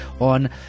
on